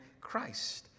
Christ